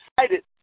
excited